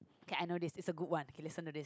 okay I know this is a good one you listen to this